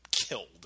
killed